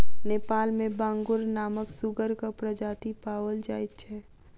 नेपाल मे बांगुर नामक सुगरक प्रजाति पाओल जाइत छै